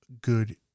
good